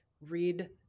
read